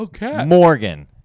Morgan